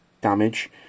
damage